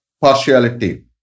partiality